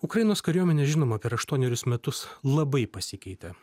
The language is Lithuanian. ukrainos kariuomenė žinoma per aštuonerius metus labai pasikeitė